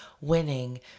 winning